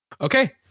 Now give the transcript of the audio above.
Okay